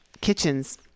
kitchens